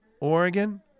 Oregon